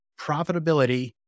profitability